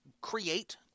create